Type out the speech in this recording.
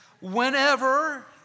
whenever